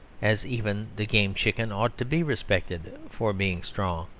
as even the game chicken ought to be respected for being strong.